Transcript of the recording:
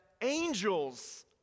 angels